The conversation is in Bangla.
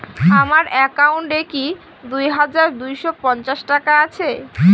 আমার অ্যাকাউন্ট এ কি দুই হাজার দুই শ পঞ্চাশ টাকা আছে?